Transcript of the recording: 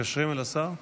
מתקשרים אל השר?